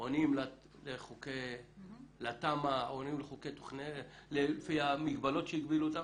עונים לתמ"א, עונים לפי המגבלות שהגבילו אותם.